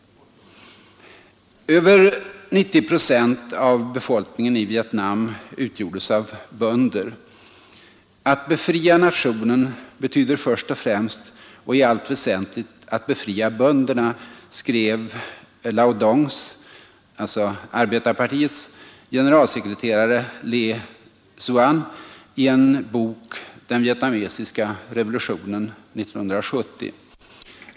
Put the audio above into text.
Över 90 procent av befolkningen i Vietnam utgjordes av bönder. ”Att befria nationen betyder först och främst och i allt väsentligt att befria bönderna”, skrev Lao Dongs — arbetarpartiets — generalsekreterare Le Duan i en bok, Den vietnamesiska revolutionen, 1970.